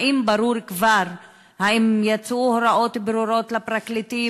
האם ברור כבר אם יצאו הוראות ברורות לפרקליטים?